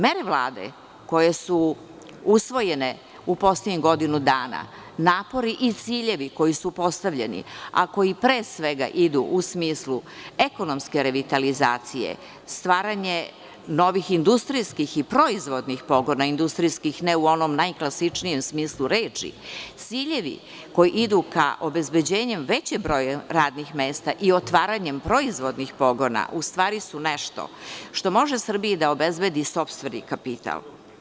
Mere Vlade koje su usvojene u poslednjih godinu dana, napori i ciljevi koji su postavljeni, a koji pre svega idu u smislu ekonomske revitalizacije, stvaranja novih industrijskih i proizvodnih pogona, industrijskih ne u onom najklasičnijem smislu reči, ciljevi koji idu ka obezbeđenjem većeg broja radnih mesta i otvaranjem proizvodnih pogona u stvari su nešto što može Srbiji da obezbedi sopstveni kapital.